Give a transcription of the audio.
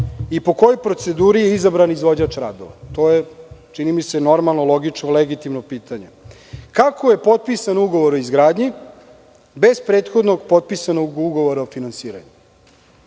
Po kojoj proceduri je izabran izvođač radova? To je, čini mi se, normalno, logično i legitimno pitanje. Kako je potpisan ugovor o izgradnji bez prethodno potpisanog ugovora o finansiranju? Pošto